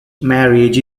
marriage